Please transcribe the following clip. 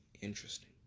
interesting